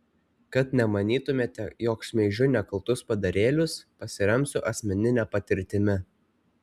kad nemanytumėte jog šmeižiu nekaltus padarėlius pasiremsiu asmenine patirtimi